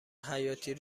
حیاتی